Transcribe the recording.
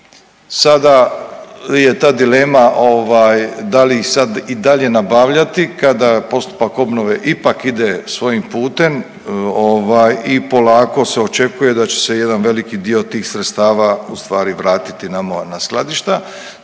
sada je ta dilema ovaj da li sad i dalje nabavljati kada postupak obnove ipak ide svojim putem ovaj i polako se očekuje da će se jedan veliki dio tih sredstava u stvari vrati nama na skladišta.